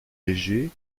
léger